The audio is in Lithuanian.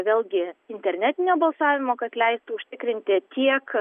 vėlgi internetinio balsavimo kad leistų užtikrinti tiek